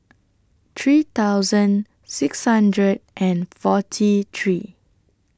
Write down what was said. three thousand six hundred and forty three